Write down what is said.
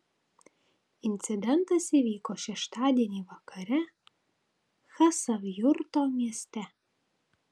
incidentas įvyko šeštadienį vakare chasavjurto mieste